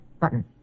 button